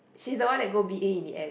she's the one that go b_a in the end